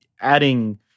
adding